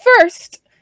first